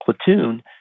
platoon